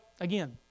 again